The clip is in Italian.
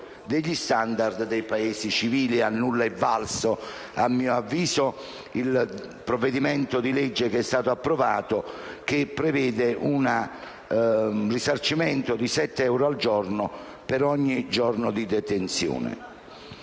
degli *standard* dei Paesi civili. A nulla è valso, a mio avviso, il provvedimento di legge approvato, che prevede un risarcimento di sette euro al giorno per ogni giorno di detenzione.